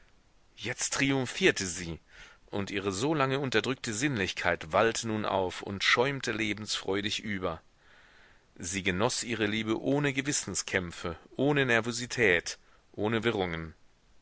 jetzt triumphierte sie und ihre so lange unterdrückte sinnlichkeit wallte nun auf und schäumte lebensfreudig über sie genoß ihre liebe ohne gewissenskämpfe ohne nervosität ohne wirrungen